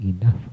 enough